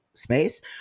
space